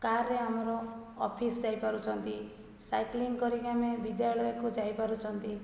କାର୍ରେ ଆମର ଅଫିସ୍ ଯାଇପାରୁଛନ୍ତି ସାଇକେଲିଙ୍ଗ କରିକି ଆମେ ବିଦ୍ୟାଳୟକୁ ଯାଇ ପାରୁଛନ୍ତି